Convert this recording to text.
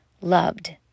loved